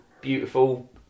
beautiful